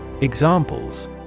Examples